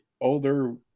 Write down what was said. older